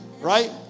Right